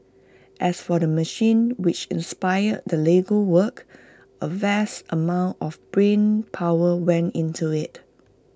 as for the machine which inspired the Lego work A vast amount of brain power went into IT